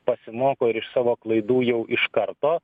pasimoko ir iš savo klaidų jau iš karto